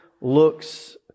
looks